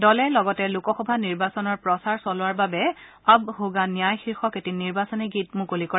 দলে লগতে লোকসভা নিৰ্বাচনৰ প্ৰচাৰ চলোৱাৰ বাবে অব হোগ্যা ন্যায় শীৰ্ষক এটি নিৰ্বাচনী গীত মুকলি কৰে